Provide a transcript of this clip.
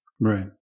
Right